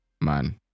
man